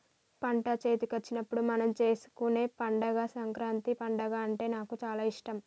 పంట చేతికొచ్చినప్పుడు మనం చేసుకునే పండుగ సంకురాత్రి పండుగ అంటే నాకు చాల ఇష్టం